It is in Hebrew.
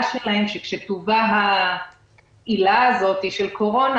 שלהם שכשתובא העילה הזאת של קורונה,